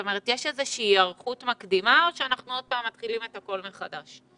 יש היערכות מקדימה או שאנחנו שוב מתחילים את הכול מחדש?